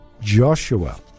Joshua